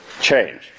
change